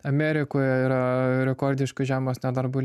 amerikoje yra rekordiškai žemas nedarbo